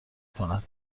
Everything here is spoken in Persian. کند